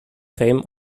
fame